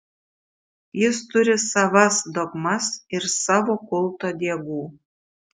jis turi savas dogmas ir savo kulto diegų